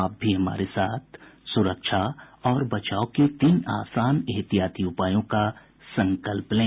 आप भी हमारे साथ सुरक्षा और बचाव के तीन आसान एहतियाती उपायों का संकल्प लें